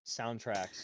soundtracks